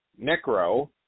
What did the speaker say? Necro